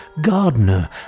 gardener